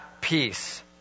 peace